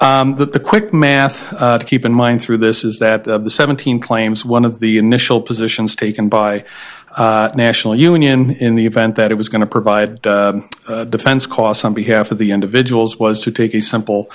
that the quick math keep in mind through this is that seventeen claims one of the initial positions taken by national union in the event that it was going to provide defense costs on behalf of the individuals was to take a simple